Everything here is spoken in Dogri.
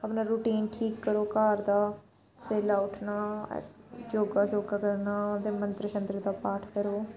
अपना रूटीन ठीक करो घर दा सवेलै उट्ठना योग शोग करना ओहदे मंत्र शंत्र दा पाठ करो